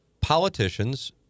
Politicians